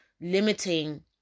limiting